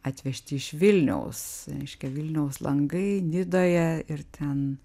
atvežti iš vilniaus reiškia vilniaus langai nidoje ir ten